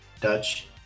dutch